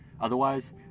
otherwise